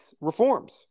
reforms